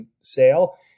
sale